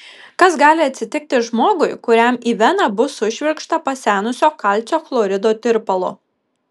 kas gali atsitikti žmogui kuriam į veną bus sušvirkšta pasenusio kalcio chlorido tirpalo